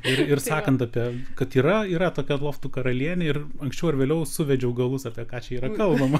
ir ir sakant apie kad yra yra tokia loftų karalienė ir anksčiau ar vėliau suvedžiau galus apie ką čia yra kalbama